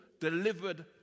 delivered